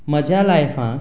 म्हज्या लायफांत